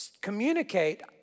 communicate